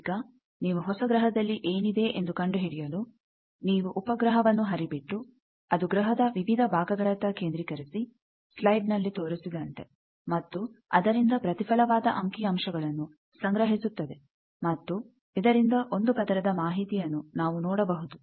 ಈಗ ನೀವು ಹೊಸ ಗ್ರಹದಲ್ಲಿ ಏನಿದೆ ಎಂದು ಕಂಡುಹಿಡಿಯಲು ನೀವು ಉಪಗ್ರಹವನ್ನು ಹರಿಬಿಟ್ಟು ಅದು ಗ್ರಹದ ವಿವಿಧ ಭಾಗಗಳ ಅತ್ತ ಕೇಂದ್ರೀಕರಿಸಿ ಸ್ಲೈಡ್ ನಲ್ಲಿ ತೋರಿಸಿದಂತೆ ಮತ್ತು ಅದರಿಂದ ಪ್ರತಿಫಲವಾದ ಅಂಕಿಅಂಶಗಳನ್ನು ಸಂಗ್ರಹಿಸುತ್ತದೆ ಮತ್ತು ಇದರಿಂದ ಒಂದು ಪದರದ ಮಾಹಿತಿಯನ್ನು ನಾವು ನೋಡಬಹುದು